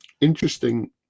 interesting